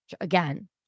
Again